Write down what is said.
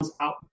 out